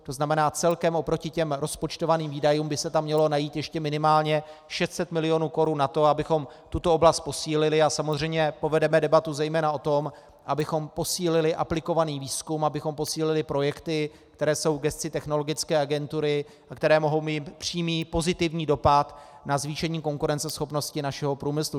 To znamená, celkem oproti těm rozpočtovaným výdajům by se tam mělo najít ještě minimálně 600 milionů korun na to, abychom tuto oblast posílili, a samozřejmě povedeme debatu zejména o tom, abychom posílili aplikovaný výzkum, abychom posílili projekty, které jsou v gesci Technologické agentury, které mohou mít přímý pozitivní dopad na zvýšení konkurenceschopnosti našeho průmyslu.